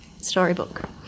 storybook